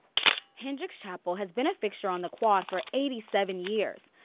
hendricks chapel has been a fixture on the quad for eighty seven years.